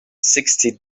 sixty